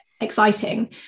exciting